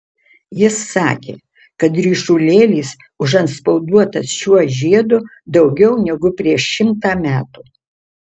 jis sakė kad ryšulėlis užantspauduotas šiuo žiedu daugiau negu prieš šimtą metų